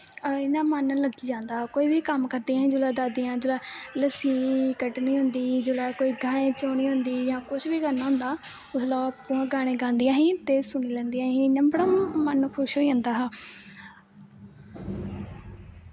इ'यां मन लग्गी जांदा हा कोई बी कम्म करदियां हां दादियां जिसलै लस्सी कड्डनी होंदी जिसलै कोई गौ चौह्नी होंदी ही जां कुछ बी करना होंदा हा उसलै ओह् आपूं गै गाने गांदियां हियां ते इ'यां सुनी लैंदियां हियां इ'यां बड़ा मन खुश होई जंदा हा